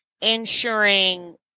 ensuring